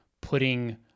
putting